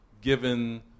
given